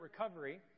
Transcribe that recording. Recovery